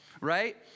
right